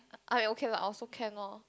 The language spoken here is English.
I okay lah also can lor